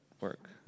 work